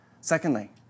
Secondly